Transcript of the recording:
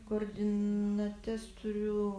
koordinates turiu